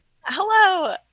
Hello